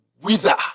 wither